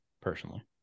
personally